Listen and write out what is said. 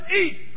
eat